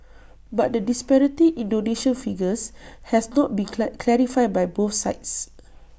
but the disparity in donation figures has not been clack clarified by both sides